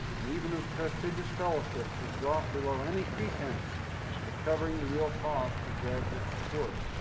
and even of prestigious fellowships, has dropped below any pretense of covering the real costs of graduate support.